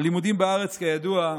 הלימודים בארץ, כידוע,